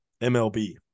MLB